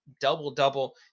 double-double